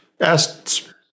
asked